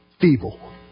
feeble